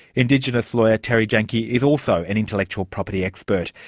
indigenous lawyer terri janke yeah is also an intellectual property expert.